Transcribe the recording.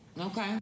okay